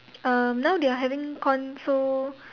um now they are having